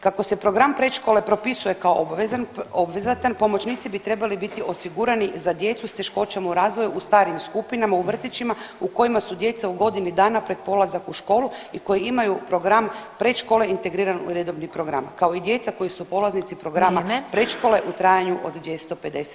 Kako se program predškole propisuje kao obvezatan pomoćnici bi trebali biti osigurani i za djecu s teškoćama u razvoju u starijim skupinama u vrtićima u kojima su djeca u godini dana pred polazak u školu i koji imaju program predškole integriran u redovni program, kao i djeca koji su polaznici programa predškole u trajanju od 250 sati.